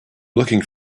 looking